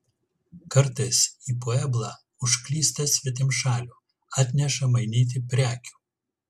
kartais į pueblą užklysta svetimšalių atneša mainyti prekių